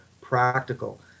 practical